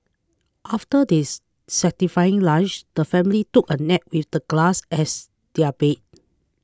after this satisfying lunch the family took a nap with the grass as their bed